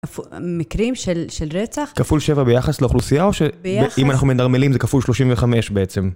מקרים של רצח? כפול שבע ביחס לאוכלוסייה או שאם אנחנו מנרמלים זה כפול שלושים וחמש בעצם?